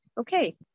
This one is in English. Okay